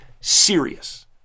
serious